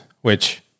which-